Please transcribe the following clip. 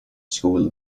school